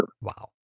Wow